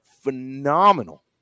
Phenomenal